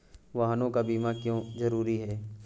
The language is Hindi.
वाहनों का बीमा क्यो जरूरी है?